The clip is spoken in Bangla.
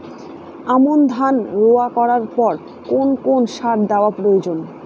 আমন ধান রোয়া করার পর কোন কোন সার দেওয়া প্রয়োজন?